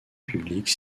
publique